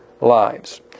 lives